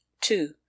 two